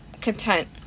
content